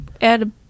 add